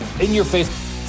in-your-face